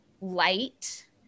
light